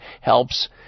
helps